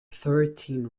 thirteen